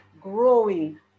growing